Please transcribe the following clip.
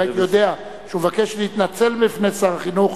אם הייתי יודע שהוא מבקש להתנצל בפני שר החינוך,